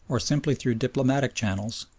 or simply through diplomatic channels,